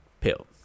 pill